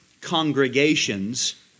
congregations